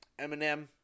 Eminem